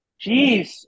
Jeez